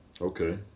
Okay